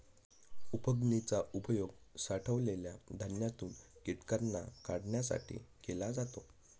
उफणनी चा उपयोग साठवलेल्या धान्यातून कीटकांना काढण्यासाठी केला जातो